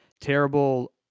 terrible